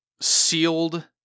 sealed